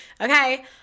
Okay